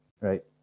right